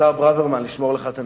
השר ברוורמן, לשמור לך את הניירות?